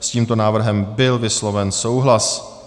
S tímto návrhem byl vysloven souhlas.